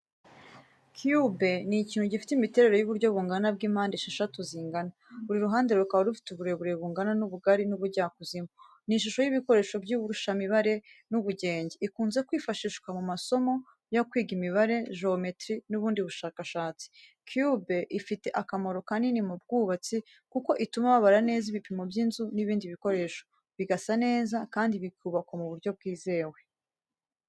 Cube ni ikintu gifite imiterere y’uburyo bungana bw’impande esheshatu zingana, buri ruhande rukaba rufite uburebure bungana n’ubugari n’ubujyakuzimu. Ni ishusho y’ibikoresho by’ibarurishamibare n’ubugenge, ikunze kwifashishwa mu masomo yo kwiga imibare, geometry n’ubundi bushakashatsi. Cube ifite akamaro kanini mu bwubatsi kuko ituma babara neza ibipimo by’inzu n’ibindi bikoresho. Bigasa neza kandi bikubakwa mu buryo bwizewe.